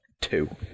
Two